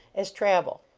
as travel.